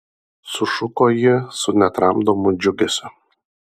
sušuko ji su netramdomu džiugesiu